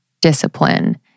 discipline